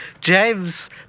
James